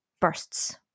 bursts